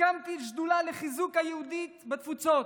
הקמתי שדולה לחיזוק הזהות היהודית בתפוצות,